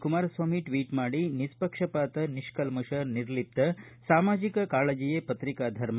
Kumaraswamy tweet ಮಾಡಿ ನಿಪ್ಪಕ್ಷಪಾತ ನಿಪ್ಕಲ್ಪಷ ನಿರ್ಲಿಪ್ತ ಸಾಮಾಜಿಕ ಕಾಳಜೆಯೇ ಪತ್ರಿಕಾ ಧರ್ಮ